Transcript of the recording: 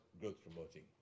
growth-promoting